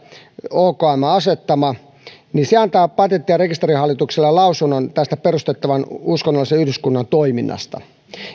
okmn asettama ja se antaa patentti ja rekisterihallitukselle lausunnon tästä perustettavan uskonnollisen yhdyskunnan toiminnasta